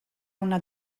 una